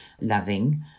loving